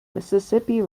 mississippi